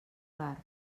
barbs